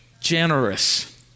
generous